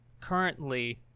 currently